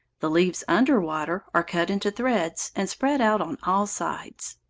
the leaves under water are cut into threads and spread out on all sides.